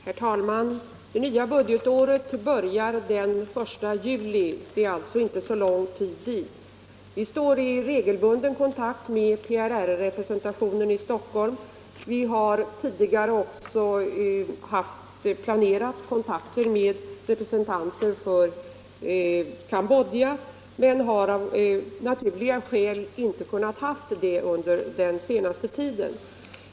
Herr talman! Det nya budgetåret börjar ju den 1 juli, och det är alltså inte så lång tid dit. Vi står i regelbunden kontakt med PRR-representationen i Stockholm, och vi har också tidigare planerat kontakter med representanter för Cambodja, men av naturliga skäl har vi inte kunnat ha sådana kontakter under den senaste tiden.